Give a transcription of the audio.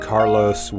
Carlos